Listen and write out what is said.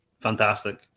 Fantastic